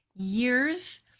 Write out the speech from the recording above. years